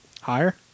Higher